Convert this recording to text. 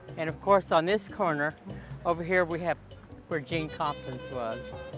and of course, on this corner over here, we have where gene compton's was.